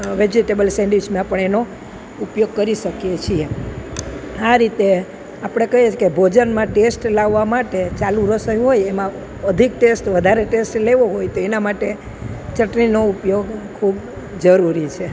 vegetable સેન્ડવિચમાં પણ એનો ઉપયોગ કરી શકીએ છીએ આ રીતે આપણે કહીએ છીએ કે ભોજનમાં ટેસ્ટ લાવવવા માટે ચાલુ રસોઈ હોય એમાં અધિક ટેસ્ટ વધારે ટેસ્ટ લેવો હોય તો એના માટે ચટણીનો ઉપયોગ ખૂબ જરૂરી છે